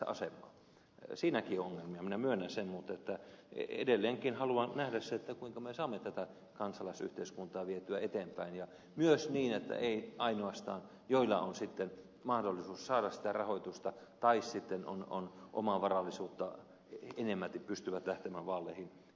siinäkin on ongelmia minä myönnän sen mutta edelleenkin haluan nähdä sen kuinka me saamme tätä kansalaisyhteiskuntaa vietyä eteenpäin myös niin että eivät ainoastaan ne joilla on mahdollisuus saada sitä rahoitusta tai sitten on omaa varallisuutta enemmälti pysty lähtemään vaaleihin mukaan